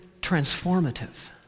transformative